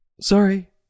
Sorry